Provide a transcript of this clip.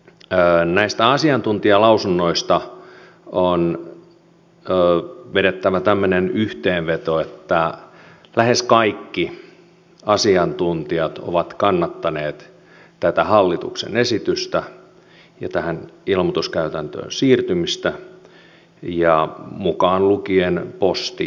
näistä asiantuntijalausunnoista on vedettävä tämmöinen yhteenveto että lähes kaikki asiantuntijat ovat kannattaneet tätä hallituksen esitystä ja tähän ilmoituskäytäntöön siirtymistä mukaan lukien posti itse